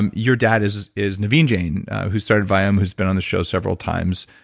um your dad is is naveen jain who started viome, who's been on the show several times